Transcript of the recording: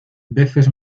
veces